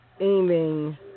aiming